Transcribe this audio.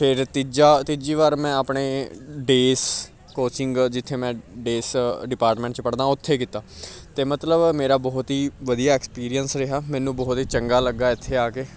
ਫਿਰ ਤੀਜਾ ਤੀਜੀ ਵਾਰ ਮੈਂ ਆਪਣੇ ਡੇਸ ਕੋਚਿੰਗ ਜਿੱਥੇ ਮੈਂ ਡੇਸ ਡਿਪਾਰਟਮੈਂਟ 'ਚ ਪੜ੍ਹਦਾ ਉੱਥੇ ਕੀਤਾ ਅਤੇ ਮਤਲਬ ਮੇਰਾ ਬਹੁਤ ਹੀ ਵਧੀਆ ਐਕਸਪੀਰੀਅੰਸ ਰਿਹਾ ਮੈਨੂੰ ਬਹੁਤ ਹੀ ਚੰਗਾ ਲੱਗਾ ਇੱਥੇ ਆ ਕੇ